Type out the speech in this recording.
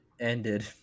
ended